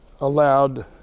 allowed